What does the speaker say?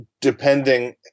depending